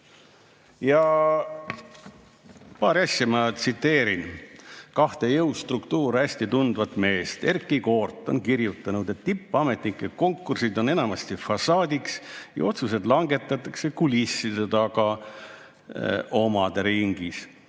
asja ma tsiteerin, kahte jõustruktuuri hästi tundvat meest. Erkki Koort on kirjutanud, et tippametnike konkursid on enamasti fassaadiks ja otsused langetatakse kulisside taga omade ringis.